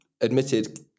admitted